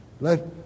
Let